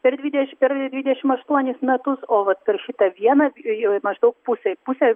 per dvideši per dvidešim aštuonis metus o vat per šitą vieną jau maždaug pusė pusė